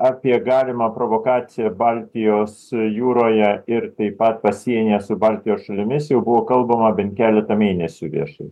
apie galimą provokaciją baltijos jūroje ir taip pat pasienyje su baltijos šalimis jau buvo kalbama bent keletą mėnesių viešai